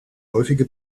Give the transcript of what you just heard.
häufige